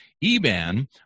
Eban